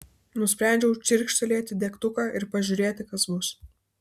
nusprendžiau čirkštelėti degtuką ir pažiūrėti kas bus